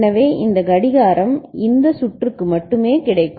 எனவே இந்த கடிகாரம் இந்த சுற்றுக்கு மட்டுமே கிடைக்கும்